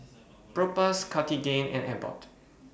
Propass Cartigain and Abbott